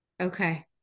Okay